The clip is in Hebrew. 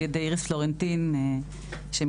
ידי איריס פלורנטין שמילאה את התפקיד.